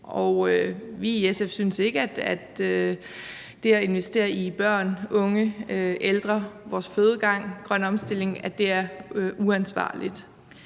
Vi i SF synes ikke, at det at investere i børn, unge, ældre, vores fødegange og grøn omstilling er uansvarligt.